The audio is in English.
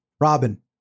Robin